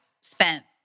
spent